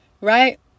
right